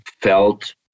felt